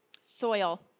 Soil